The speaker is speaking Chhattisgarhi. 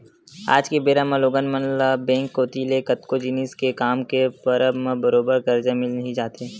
आज के बेरा म लोगन मन ल बेंक कोती ले कतको जिनिस के काम के परब म बरोबर करजा मिल ही जाथे